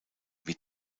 wie